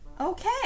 Okay